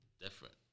different